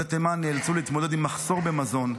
עולי תימן נאלצו להתמודד עם מחסור במזון,